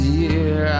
year